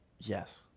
Yes